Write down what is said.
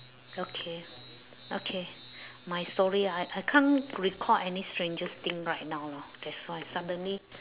okay okay my story ah I I can't recall any strangest thing right now lor that's why suddenly